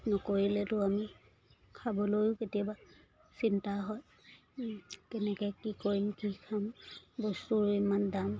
নকৰিলেতো আমি খাবলৈও কেতিয়াবা চিন্তা হয় কেনেকৈ কি কৰিম কি খাম বস্তুৰ ইমান দাম